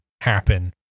happen